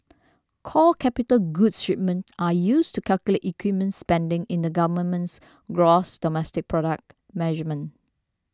core capital goods shipment are used to calculate equipment spending in the government's gross domestic product measurement